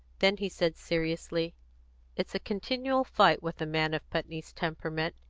then he said seriously it's a continual fight with a man of putney's temperament,